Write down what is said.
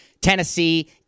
Tennessee